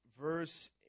verse